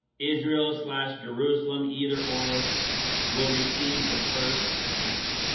israel slash jerusalem, either or will receive the first attack